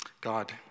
God